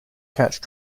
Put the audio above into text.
catch